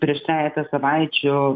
prieš trejetą savaičių